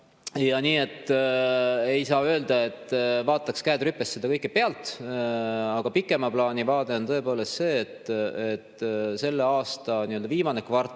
Nii et ei saa öelda, et me vaataks, käed rüpes, seda kõike pealt. Aga pikema plaani vaade on tõepoolest see, et selle aasta viimane kvartal